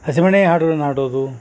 ಹಸೆಮಣೆ ಹಾಡುಗಳನ್ನ ಹಾಡೋದು